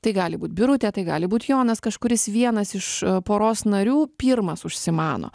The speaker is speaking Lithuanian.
tai gali būt birutė tai gali būt jonas kažkuris vienas iš poros narių pirmas užsimano